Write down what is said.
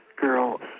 girl